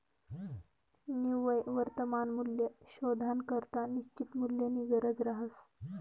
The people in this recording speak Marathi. निव्वय वर्तमान मूल्य शोधानाकरता निश्चित मूल्यनी गरज रहास